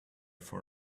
for